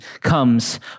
comes